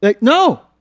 No